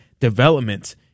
development